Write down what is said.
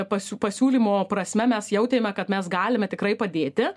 pasiū pasiūlymo prasme mes jautėme kad mes galime tikrai padėti